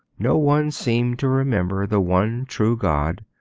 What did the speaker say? no one seemed to remember the one true god,